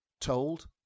told